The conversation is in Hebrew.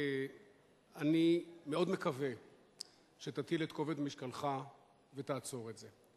אני מאוד מקווה שתטיל את כובד משקלך ותעצור את זה.